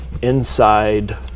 inside